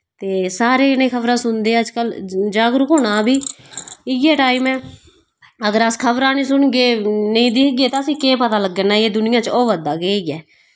ते सारे जने खबरां सुनदे अज्जकल जागरूक होना वि इय्यै टाइम ऐ अगर अस खबरां नि सुनगे नेईं दिक्खगे ते असें केह् पता लग्गना के दुनिया च होआ दा केह् ऐ